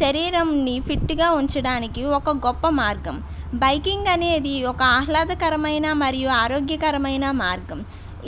శరీరంని fit గా ఉంచడానికి ఒక గొప్ప మార్గం బైకింగ్ అనేది ఒక ఆహ్లాదహకరమైన మరియు ఆరోగ్యకరమైన మార్గం